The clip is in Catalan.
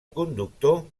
conductor